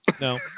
No